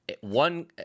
One